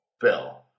bill